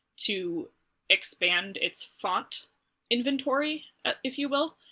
to expand its font inventory, if you will.